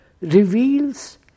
reveals